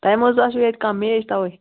تۄہہِ مہ حظ آسہِ ییٚتہِ کانہہ میچ تَوَے